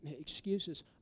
Excuses